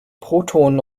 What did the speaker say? protonen